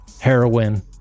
heroin